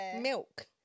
milk